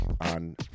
on